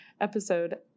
episode